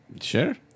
Sure